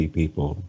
people